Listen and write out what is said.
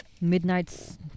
Midnight's